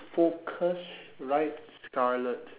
focusrite scarlett